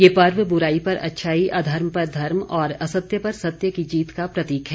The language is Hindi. यह पर्व बुराई पर अच्छाई अधर्म पर धर्म और असत्य पर सत्य की जीत का प्रतीक है